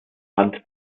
hand